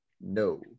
No